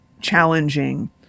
challenging